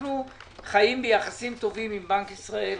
אנחנו חיים ביחסים טובים עם בנק ישראל,